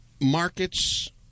Markets